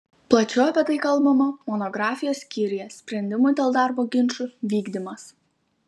plačiau apie tai kalbama monografijos skyriuje sprendimų dėl darbo ginčų vykdymas